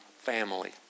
family